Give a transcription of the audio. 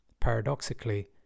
Paradoxically